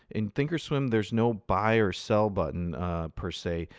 in thinkorswim, there's no buy or sell button per se,